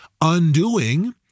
undoing